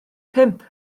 pump